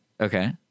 Okay